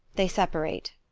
they separate.